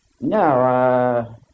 no